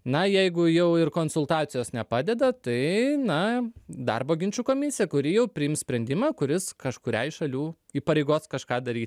na jeigu jau ir konsultacijos nepadeda tai na darbo ginčų komisija kuri jau priims sprendimą kuris kažkuriai šalių įpareigos kažką daryt